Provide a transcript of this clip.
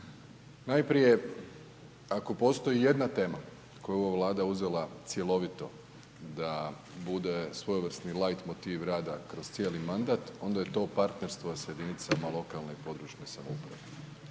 Najprije, ako postoji ijedna tema, koju ova vlada uzela cjelovito, da bude svojevrsni lajt motiv rada kroz cijeli mandat, onda je to partnerstvo s jedinicama lokalne i područne samouprave.